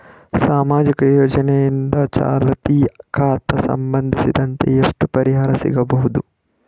ಸಾಮಾಜಿಕ ಯೋಜನೆಯಿಂದ ಚಾಲತಿ ಖಾತಾ ಸಂಬಂಧಿಸಿದಂತೆ ಎಷ್ಟು ಪರಿಹಾರ ಸಿಗಬಹುದು?